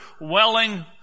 welling